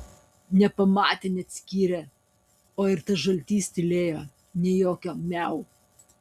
nepamatė neatskyrė o ir tas žaltys tylėjo nė jokio miau